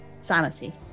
sanity